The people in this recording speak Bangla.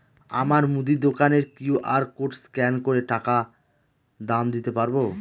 আমার মুদি দোকানের কিউ.আর কোড স্ক্যান করে টাকা দাম দিতে পারব?